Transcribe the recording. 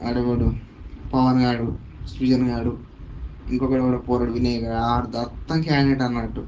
వాడెవడు పవన్గాడు సృజన్గాడు ఇంకొకడెవడో పోరెడు వినయ్గాడు ఆడు దత్తం క్యాండిడేట్ అన్నట్టు